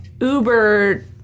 Uber